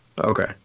okay